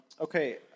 Okay